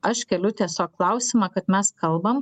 aš keliu tiesiog klausimą kad mes kalbam